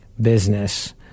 Business